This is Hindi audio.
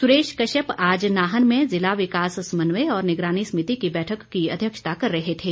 सुरेश कश्यप आज नाहन में ज़िला विकास समन्वय और निगरानी समिति की बैठक की अध्यक्षता कर रहे थे